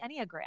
Enneagram